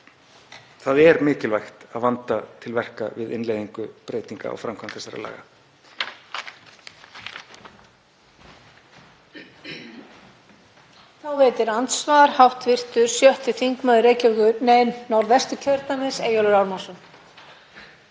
það er mikilvægt að vanda til verka við innleiðingu breytinga á framkvæmd þessara laga.